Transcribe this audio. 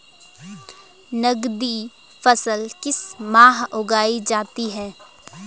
नकदी फसल किस माह उगाई जाती है?